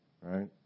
right